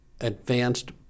advanced